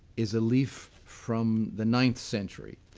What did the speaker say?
is leaf from the ninth century.